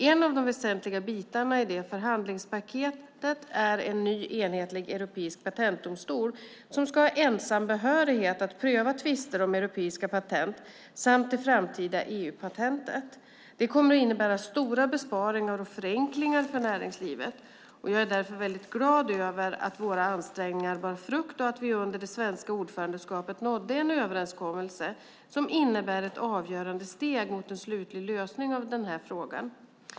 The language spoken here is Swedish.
En av de väsentliga bitarna i det förhandlingspaketet är en ny enhetlig europeisk patentdomstol som ska ha ensam behörighet att pröva tvister om europeiska patent samt det framtida EU-patentet. Det kommer att innebära stora besparingar och förenklingar för näringslivet. Jag är därför mycket glad över att våra ansträngningar bar frukt och att vi under det svenska ordförandeskapet nådde en överenskommelse som innebär ett avgörande steg mot en slutlig lösning av denna fråga.